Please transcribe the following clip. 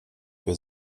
für